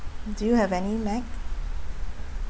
do you have any lag